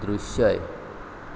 दृश्य